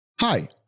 Hi